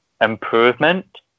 improvement